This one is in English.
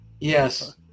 Yes